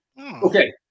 Okay